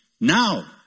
Now